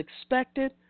expected